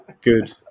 Good